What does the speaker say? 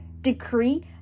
decree